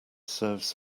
serves